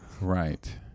Right